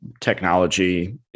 technology